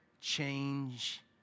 change